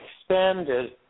expanded